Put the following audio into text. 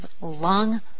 lung